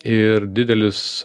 ir didelis